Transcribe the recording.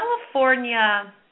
California